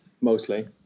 mostly